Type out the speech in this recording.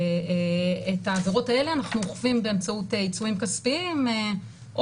ואת העבירות האלה אנחנו אוכפים באמצעות עיצומים כספיים או